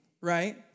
Right